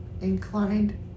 inclined